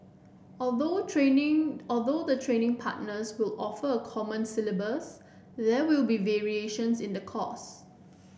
although training although the training partners will offer a common syllabus there will be variations in the course